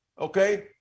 okay